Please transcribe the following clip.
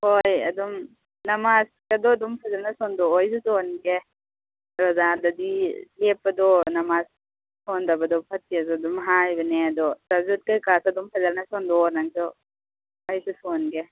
ꯍꯣꯏ ꯑꯗꯨꯝ ꯅꯃꯥꯖꯀꯗꯣ ꯑꯗꯨꯝ ꯐꯖꯅ ꯁꯣꯟꯗꯣꯛꯑꯣ ꯑꯩꯁꯨ ꯁꯣꯟꯒꯦ ꯔꯣꯖꯥꯗꯗꯤ ꯂꯦꯞꯄꯗꯣ ꯅꯃꯥꯖ ꯁꯣꯟꯗꯕꯗꯣ ꯐꯠꯇꯦ ꯑꯗꯣ ꯑꯗꯨꯝ ꯍꯥꯏꯕꯅꯦ ꯑꯗꯣ ꯀꯩꯀꯥꯁꯨ ꯑꯗꯨꯝ ꯐꯖꯅ ꯁꯣꯟꯗꯣꯛꯑꯣ ꯅꯪꯁꯨ ꯑꯩꯁꯨ ꯁꯣꯟꯒꯦ